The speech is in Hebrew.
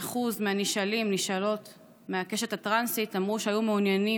76% מהנשאלים והנשאלות מהקשת הטרנסית אמרו שהיו מעוניינים